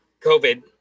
COVID